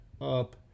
up